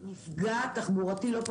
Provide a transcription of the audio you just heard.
קרן ברק שהשאלה הופנתה גם אליה.